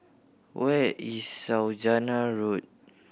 where is Saujana Road